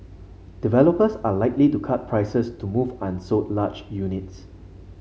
developers are likely to cut prices to move unsold large units